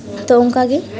ᱛᱳ ᱚᱱᱠᱟᱜᱮ